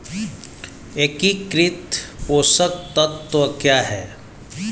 एकीकृत पोषक तत्व क्या है?